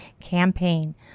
campaign